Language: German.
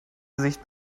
gesicht